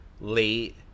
late